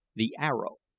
the arrow.